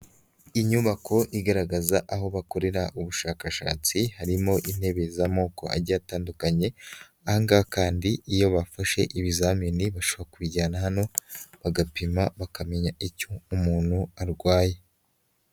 Inyubako igaragaza aho bakorera ubushakashatsi, harimo intebe z'amoko agiye atandukanye, aha ngaha kandi iyo bafashe ibizamini bashobora kubijyana hano bagapima bakamenya icyo umuntu arwaye.